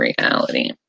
reality